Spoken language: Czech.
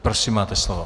Prosím máte slovo.